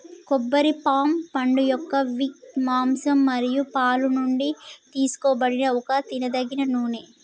కొబ్బరి పామ్ పండుయొక్క విక్, మాంసం మరియు పాలు నుండి తీసుకోబడిన ఒక తినదగిన నూనె